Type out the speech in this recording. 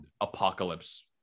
apocalypse